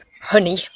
honey